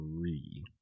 three